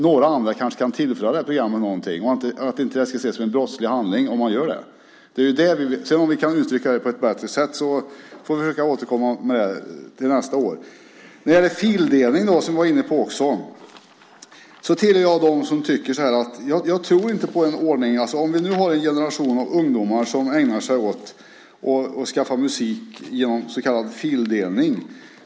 Några andra kanske kan tillföra det här programmet någonting, och det ska inte ses som en brottslig handling om man gör det. Om vi sedan kan utveckla det på ett bättre sätt får vi försöka att återkomma med det till nästa år. Vi var också inne på fildelning. Nu har vi en generation av ungdomar som ägnar sig åt att skaffa musik genom så kallad fildelning.